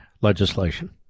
legislation